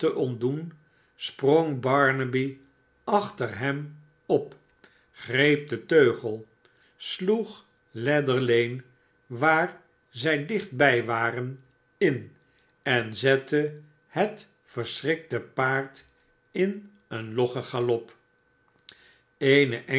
te ontdoen sprong barnaby achter hem op greep den teugel sloeg leather lane waar zij dichtbij waren m en ette het verschrikte paard in een loggen galop eene